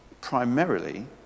primarily